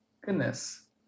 goodness